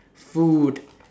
food